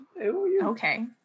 Okay